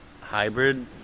Hybrid